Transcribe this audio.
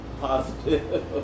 positive